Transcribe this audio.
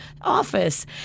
office